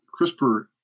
CRISPR